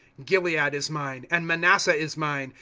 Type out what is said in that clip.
gilead is mine, and manasseh is mine,